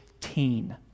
teen